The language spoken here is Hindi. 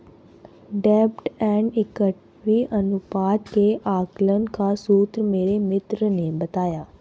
डेब्ट एंड इक्विटी अनुपात के आकलन का सूत्र मेरे मित्र ने बताया